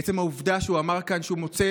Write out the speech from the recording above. עצם העובדה שהוא אמר כאן שהוא מוצא